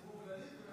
ציבור כללי,